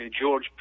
George